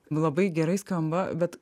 labai gerai skamba bet